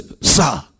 sir